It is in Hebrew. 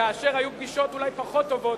כאשר היו פגישות אולי פחות טובות,